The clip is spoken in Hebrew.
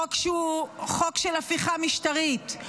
חוק שהוא חוק של הפיכה משטרית.